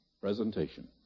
presentation